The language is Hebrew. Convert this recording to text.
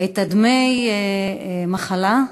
דמי המחלה,